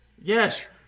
yes